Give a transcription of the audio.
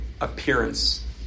appearance